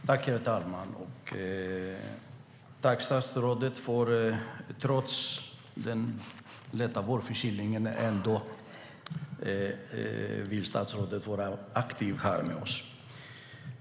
Herr talman! Jag tackar statsrådet för att hon trots den lätta vårförkylningen ändå vill vara aktiv här med oss.